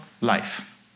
life